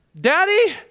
Daddy